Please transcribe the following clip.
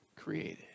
created